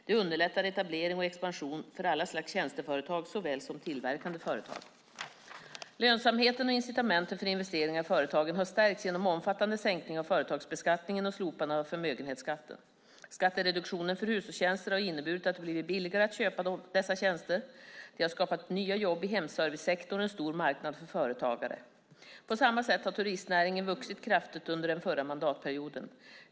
Det underlättar etablering och expansion för alla slags tjänsteföretag såväl som tillverkande företag. Lönsamheten och incitamenten för investeringar i företagen har stärkts genom omfattande sänkning av företagsbeskattningen och slopande av förmögenhetsskatten. Skattereduktionen för hushållstjänster har inneburit att det blivit billigare att köpa dessa tjänster. Det har skapat nya jobb i hemservicesektorn och en stor marknad för företagare. På samma sätt växte turistnäringen kraftigt under den förra mandatperioden.